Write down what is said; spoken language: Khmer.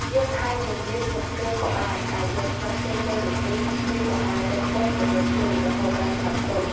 យើងអាចរំលីងនឹងភ្លើងក៏បាន ដោយយកស្លឹកចេកទៅរំលីង ឬកម្តៅតិចៗនៅលើភ្លើងរហូតដល់ស្លឹកទន់។